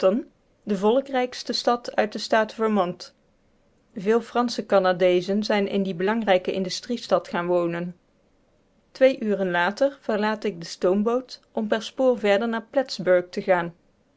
de volkrijkste stad uit den staat vermont veel fransche canadeezen zijn in die belangrijke industriestad gaan wonen twee uren later verlaat ik de stoomboot om per spoor verder naar plattsburg te gaan